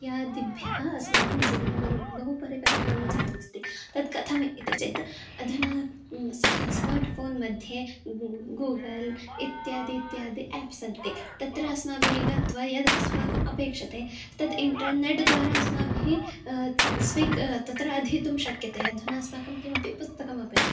इत्यादिभ्यः अस्माकं जीवने बहु बहु परिवर्तनं जातमस्ति तत् कथम् इति चेत् अधुना स् स्मार्ट् फोन् मध्ये ग् ग् गूगल् इत्यादि इत्यादि आप्सन्ति तत्र अस्माभिः गत्वा यद् अस्माकं अपेक्षते तद् इण्टर्नेट् द्वारा अस्माभिः स्वीकृत्य तत्र अध्येतुं शक्यते अधुना अस्माकं किमपि पुस्तकं अपेक्षते